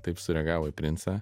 taip sureagavo į princą